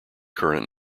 current